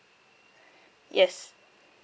yes